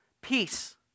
peace